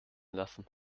lassen